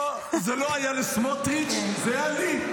לא, זה לא היה לסמוטריץ', זה היה לי.